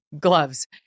gloves